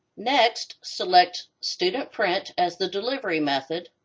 next, select student print as the delivery method.